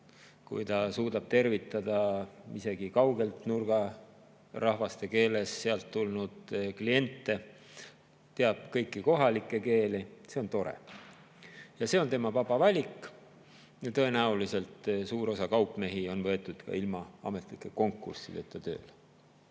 kui ta suudab tervitada isegi kaugelt nurga rahvaste keeles sealt tulnud kliente, teab kõiki kohalikke keeli. See on tore ja see on tema vaba valik. Tõenäoliselt on suur osa kaupmehi võetud tööle ka ilma ametlike konkurssideta. Samas